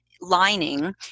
lining